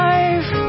Life